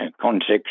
context